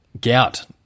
Gout